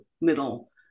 middle